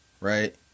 right